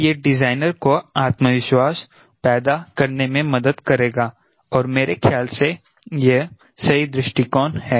तो यह डिजाइनर को आत्मविश्वास पैदा करने में मदद करेगा और मेरे ख्याल से यह सही दृष्टिकोण है